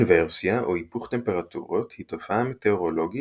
אינוורסיה או היפוך טמפרטורות היא תופעה מטאורולוגית